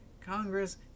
congress